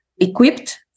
equipped